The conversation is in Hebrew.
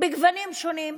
בגוונים שונים.